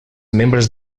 membres